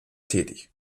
tätig